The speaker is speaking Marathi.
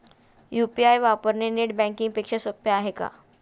यु.पी.आय वापरणे नेट बँकिंग पेक्षा सोपे आहे का?